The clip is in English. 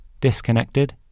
disconnected